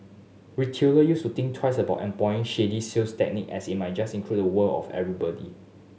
retailer use to think twice about employ shady tactic as it might just incur the wrath of everybody